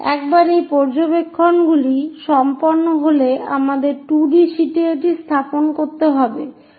একবার এই পর্যবেক্ষণগুলি সম্পন্ন হলে আমাদের 2 ডি শীটে এটি উপস্থাপন করতে হবে